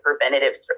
preventative